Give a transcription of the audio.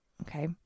Okay